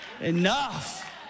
enough